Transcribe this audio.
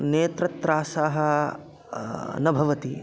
नेत्रत्रासः न भवति